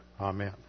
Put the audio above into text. Amen